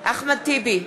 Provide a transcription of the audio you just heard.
אחמד טיבי,